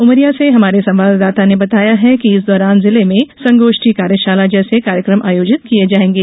उमरिया से हमारे संवादंदाता ने बताया है कि इस दौरान जिले में संगोष्ठी कार्यशाला जैसे कार्यक्रम आयोजित किये जायेंगे